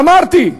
אמרתי,